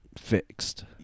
fixed